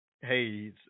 Hey